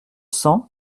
cent